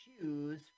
choose